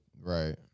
Right